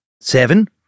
Seven